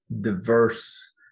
diverse